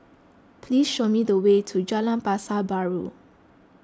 please show me the way to Jalan Pasar Baru